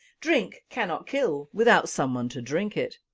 drink cannot kill without someone to drink it,